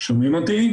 שומעים אותי?